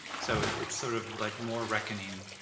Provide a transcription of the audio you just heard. so it's sort of like more reckoning,